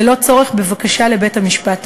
ללא צורך בבקשה לבית-המשפט העליון,